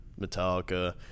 Metallica